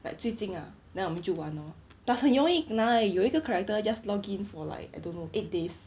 like 最近 ah then 我们就玩 lor plus 很容易拿而已有一个 character just login for like I don't know eight days